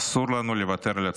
אסור לנו לוותר על הצפון.